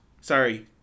sorry